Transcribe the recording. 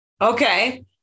Okay